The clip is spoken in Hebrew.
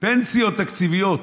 פנסיות תקציביות,